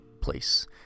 place